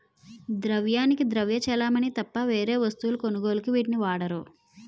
ద్రవ్యానికి ద్రవ్య చలామణి తప్ప వేరే వస్తువుల కొనుగోలుకు వీటిని వాడరు